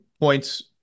points